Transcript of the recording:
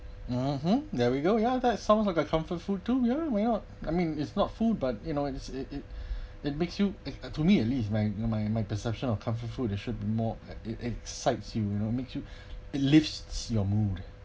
mmhmm there we go ya that sounds like a comfort food too ya why not I mean it's not food but you know it's it it it makes you too me at least my my my perception of comfort food you should more it it excites you you know makes you it lifts your mood